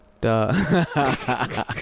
duh